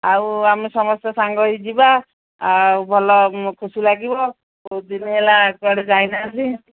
ଆଉ ଆମେ ସମସ୍ତେ ସାଙ୍ଗ ହୋଇ ଯିବା ଆଉ ଭଲ ଖୁସି ଲାଗିବ ବହୁତ ଦିନ ହେଲା କୁଆଡ଼େ ଯାଇନାହାନ୍ତି